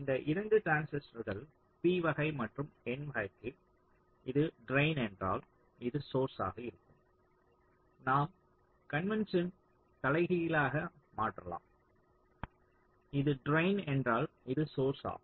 இந்த 2 டிரான்சிஸ்டர்கள் p வகை மற்றும் n வகைக்கு இது ட்ரைன் என்றால் இது சோர்ஸ் ஆக இருக்கும் நாம் கன்வென்ஸனை தலைகீழாக மாற்றலாம் இது ட்ரைன் என்றால் இதுதான் சோர்ஸ் ஆகும்